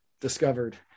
discovered